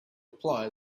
apply